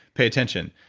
pay attention.